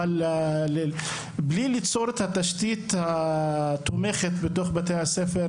אבל בלי ליצור את התשתית התומכת בתוך בתי הספר,